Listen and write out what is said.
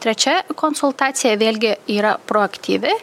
trečia konsultacija vėlgi yra proaktyvi